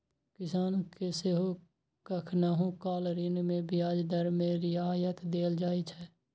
किसान कें सेहो कखनहुं काल ऋण मे ब्याज दर मे रियायत देल जाइ छै